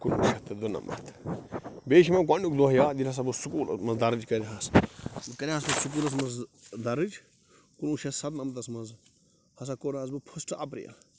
کُنوُہ شیٚتھ دُنمتھ بیٚیہِ چھُ مےٚ گۄڑنیُک دۄہ یاد ییٚلہِ ہسا بہٕ سکوٗلس منٛز درٕج کَرہاس کَرہاس پتہٕ سکوٗلس منٛز درٕج کُنوُہ شیٚتھ ستنمتھس منٛز ہسا کوٚرہس بہٕ فٔسٹ اپریل